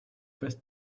best